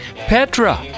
Petra